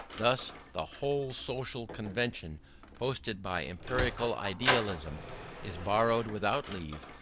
thus the whole social convention posited by empirical idealism is borrowed without leave,